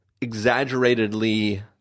exaggeratedly